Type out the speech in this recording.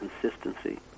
consistency